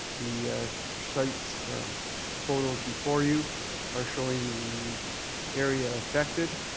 the site photos before you are showing the area affected.